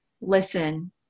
listen